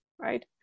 Right